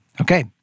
Okay